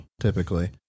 typically